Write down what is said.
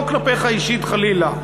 לא כלפיך אישית חלילה,